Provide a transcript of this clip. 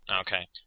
Okay